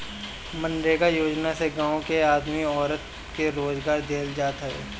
मनरेगा योजना से गांव के आदमी औरत के रोजगार देहल जात हवे